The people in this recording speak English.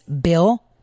bill